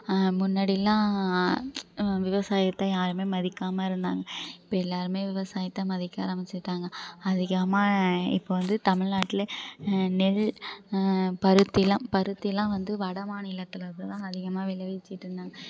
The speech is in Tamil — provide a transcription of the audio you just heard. முன்னாடிலாம் விவசாயத்தை யாருமே மதிக்காமல் இருந்தாங்க இப்போ எல்லோருமே விவசாயத்தை மதிக்க ஆரம்பிச்சுட்டாங்க அதிகமாக இப்போ வந்து தமிழ்நாட்லே நெல் பருத்திலாம் பருத்திலாம் வந்து வட மாநிலத்தில் தான் அதிகமாக விளைவிச்சுட்டு இருந்தாங்க